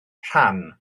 rhan